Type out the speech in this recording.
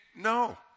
No